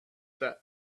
that